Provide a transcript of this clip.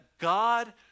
God